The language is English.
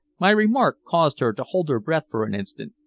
my remark caused her to hold her breath for an instant.